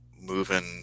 moving